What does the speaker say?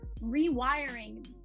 rewiring